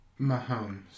Mahomes